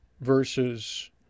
versus